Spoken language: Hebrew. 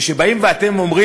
וכשאתם באים ואומרים,